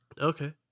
Okay